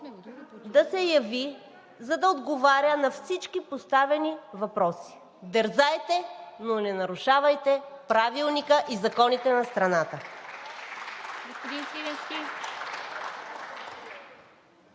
да се яви, за да отговаря на всички поставени въпроси. Дерзайте, но не нарушавайте Правилника и законите на страната.